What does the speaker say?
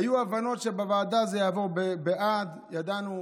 היו הבנות שבוועדה זה יעבור בעד, ידענו